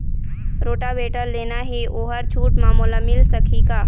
Rotavator लेना हे ओहर छूट म मोला मिल सकही का?